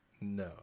No